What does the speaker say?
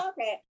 Okay